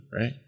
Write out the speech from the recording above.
right